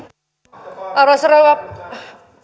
arvoisa rouva